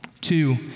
Two